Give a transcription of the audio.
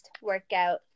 workout